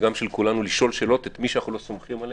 וגם של כולנו לשאול שאלות את מי שאנחנו לא סומכים עליהם,